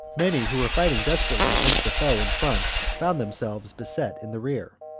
many who were fighting desperately against the foe in front found themselves beset in the rear.